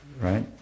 Right